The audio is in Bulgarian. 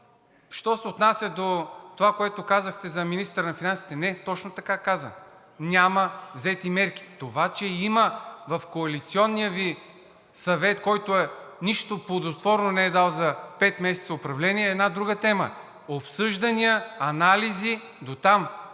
Що се отнася до това, което казахте за министъра на финансите. Не, точно така каза: няма взети мерки. Това, че има в коалиционния Ви съвет, който нищо плодотворно не е дал за пет месеца управление, е една друга тема – обсъждания, анализи дотам,